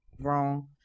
wrong